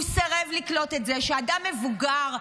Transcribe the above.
הוא סירב לקלוט את זה שאדם מבוגר,